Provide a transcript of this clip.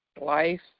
life